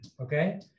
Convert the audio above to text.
Okay